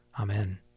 Amen